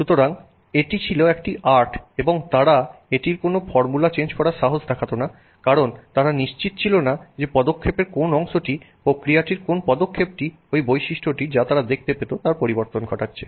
সুতরাং এটি ছিল একটি আর্ট এবং তারা এটির কোন ফর্মুলা চেঞ্জ করার সাহস দেখাত না কারণ তারা নিশ্চিত ছিল না পদক্ষেপের কোন অংশটি প্রক্রিয়াটির কোন পদক্ষেপটি ওই বৈশিষ্ট্যটির যা তারা দেখতে পেত তার পরিবর্তন ঘটাচ্ছে